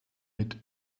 mit